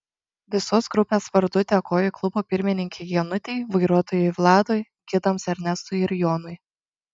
visos grupės vardu dėkoju klubo pirmininkei genutei vairuotojui vladui gidams ernestui ir jonui